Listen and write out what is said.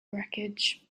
wreckage